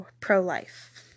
pro-life